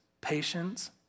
patience